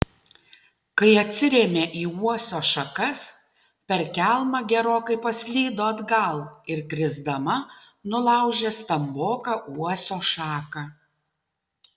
kai atsirėmė į uosio šakas per kelmą gerokai paslydo atgal ir krisdama nulaužė stamboką uosio šaką